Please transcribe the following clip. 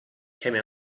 came